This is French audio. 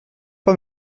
pas